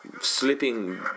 Slipping